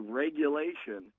regulation